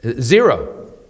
Zero